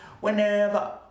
whenever